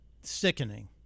Sickening